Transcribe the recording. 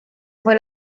fue